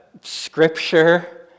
scripture